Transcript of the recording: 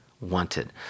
wanted